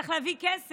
צריך להביא כסף,